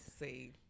See